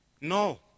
No